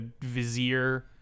vizier